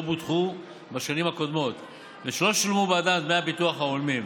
בוטחו בשנים הקודמות ושלא שולמו בעדם דמי הביטוח ההולמים,